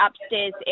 upstairs